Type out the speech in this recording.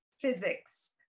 physics